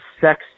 sex